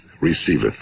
receiveth